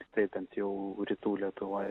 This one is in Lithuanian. staitant jau rytų lietuvoj